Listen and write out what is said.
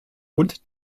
und